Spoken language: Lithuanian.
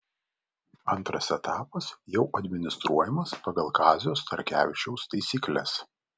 antras etapas jau administruojamas pagal kazio starkevičiaus taisykles